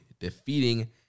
Defeating